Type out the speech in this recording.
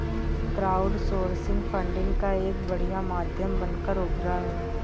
crowdsourcing funding का एक बढ़िया माध्यम बनकर उभरा है